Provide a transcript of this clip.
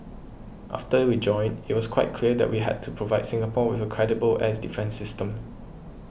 after we joined it was quite clear that we had to provide Singapore with a credible air defence system